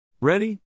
Ready